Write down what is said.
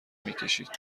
میکشید